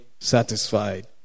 satisfied